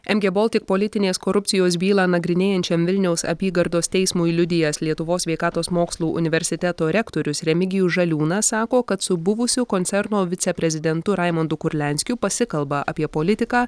mg baltic politinės korupcijos bylą nagrinėjančiam vilniaus apygardos teismui liudijęs lietuvos sveikatos mokslų universiteto rektorius remigijus žaliūnas sako kad su buvusiu koncerno viceprezidentu raimundu kurlianskiu pasikalba apie politiką